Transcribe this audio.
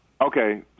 Okay